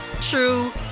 true